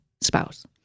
spouse